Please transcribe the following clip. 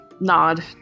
nod